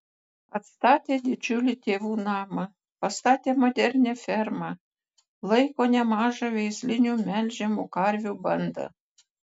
atstatė didžiulį tėvų namą pastatė modernią fermą laiko nemažą veislinių melžiamų karvių bandą